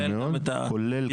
נכון מאוד.